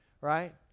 Right